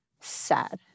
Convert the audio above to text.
sad